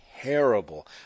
Terrible